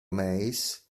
meis